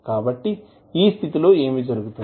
కాబట్టి ఈ స్థితి లో ఏమి జరుగుతుంది